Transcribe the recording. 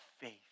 faith